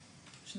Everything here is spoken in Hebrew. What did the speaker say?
מי בעד לפצל?